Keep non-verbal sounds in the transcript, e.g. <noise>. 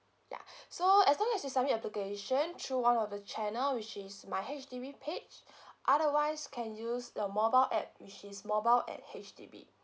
ya <breath> so as long as you submit your application through one of the channel which is my H_D_B page <breath> otherwise can use the mobile app which is mobile at H_D_B